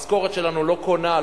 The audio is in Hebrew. המשכורת שלנו לא קונה,